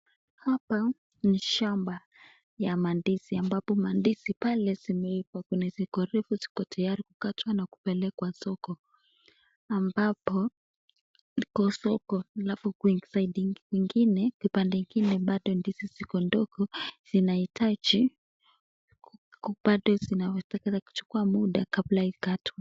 Hapa ni shamba ya mandizi ambapa mandizi pale simeifaa ziko karibukukatwaa na kupelekea soko ambapo upande ingine ndizi oado ni ndogo sinaitaji kujukuwa muda kabla ikwatwe.